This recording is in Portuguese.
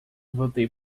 voltei